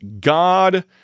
God